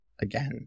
again